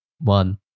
one